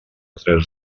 tres